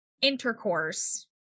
intercourse